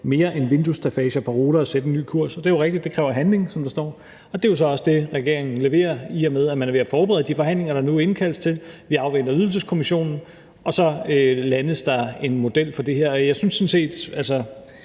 mere end vinduesstaffage og paroler at sætte en ny kurs«, og det er jo rigtigt. »Det kræver handling«, som der står. Og det er jo så det, regeringen leverer, i og med at man er ved at forberede de forhandlinger, der nu indkaldes til. Vi afventer Ydelseskommissionen, og så landes der en model for det her. Og jeg forstår sådan